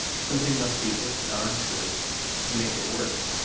something must be hitched on to it to make it work.